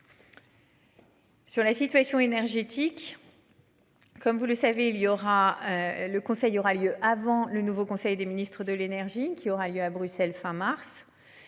Sur la situation énergétique. Comme vous le savez, il y aura le conseil aura lieu avant le nouveau conseil des ministres de l'énergie qui aura lieu à Bruxelles fin mars.